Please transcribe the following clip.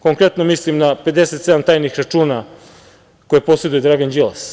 Konkretno mislim na 57 tajnih računa koje poseduje Dragan Đilas.